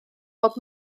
bod